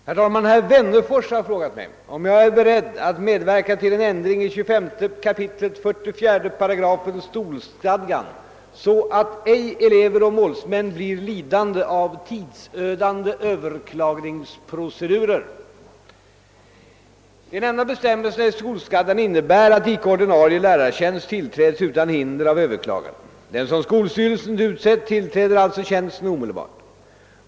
Herr talman! Herr Wennerfors har frågat mig, om jag är beredd att medverka till en ändring i 25 kap. 44 8 skolstadgan så att ej elever och målsmän blir lidande av tidsödande överklagningsprocedurer. De nämnda bestämmelserna i skolstadgan innebär, att icke-ordinarie lärartjänst tillträds utan hinder av överklagande. Den som skolstyrelsen utsett tillträder alltså tjänsten omedelbart.